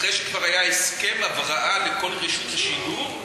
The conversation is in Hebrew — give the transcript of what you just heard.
אחרי שכבר היה הסכם הבראה לכל רשות השידור,